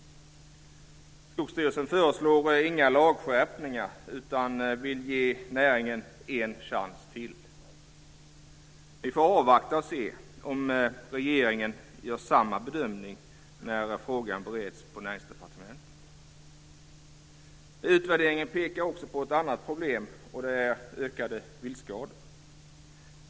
Skogsstyrelsen föreslår inga lagskärpningar, utan man vill ge näringen en chans till. Vi får avvakta och se om regeringen gör samma bedömning när frågan bereds på Näringsdepartementet. Utvärderingen pekar också på ett annat problem, och det är de ökande viltskadorna.